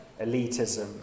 elitism